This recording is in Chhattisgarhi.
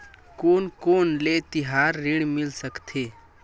कोन कोन ले तिहार ऋण मिल सकथे?